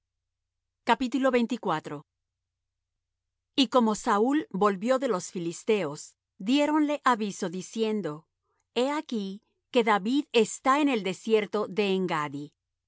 en engaddi y como saúl volvió de los filisteos diéronle aviso diciendo he aquí que david está en el desierto de engaddi